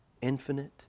infinite